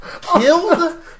killed